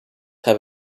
have